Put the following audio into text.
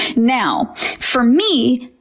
now for me,